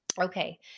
Okay